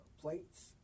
plates